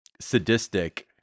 sadistic